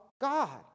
God